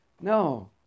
No